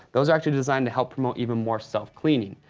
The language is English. those are actually designed to help promote even more self-cleaning.